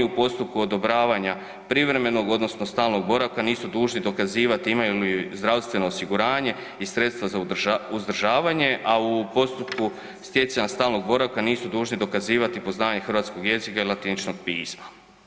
Oni u postupku odobravanja privremenog odnosno stalnog boravka nisu dužni dokazivati imaju li zdravstveno osiguranje i sredstva za uzdržavanje, a u postupku stjecanja stalnog boravka nisu dužni dokazivati poznavanje hrvatskog jezika i latiničnog pisma.